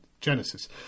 genesis